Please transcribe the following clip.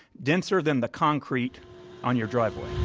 denser than the concrete on your driveway